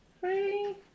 three